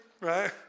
right